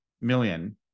million